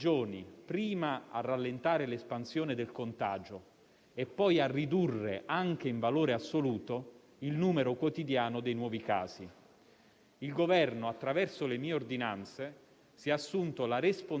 Il Governo, attraverso le mie ordinanze, si è assunto la responsabilità di scelte difficili quanto necessarie. Ogni ordinanza restrittiva comporta sacrifici di cui siamo ben consapevoli,